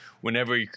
whenever